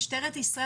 משטרת ישראל,